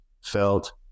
felt